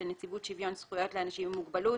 לנציבות שוויון זכויות לאנשים עם מוגבלות